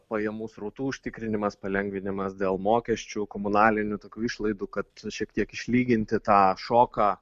pajamų srautų užtikrinimas palengvinimas dėl mokesčių komunalinių tokių išlaidų kad šiek tiek išlyginti tą šoką